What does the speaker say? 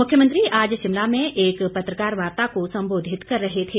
मुख्यमंत्री आज शिमला में एक पत्रकार वार्ता को संबोधित कर रहे थे